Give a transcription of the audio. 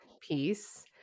peace